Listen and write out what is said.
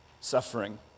suffering